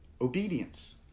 Obedience